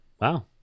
wow